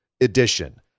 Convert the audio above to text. edition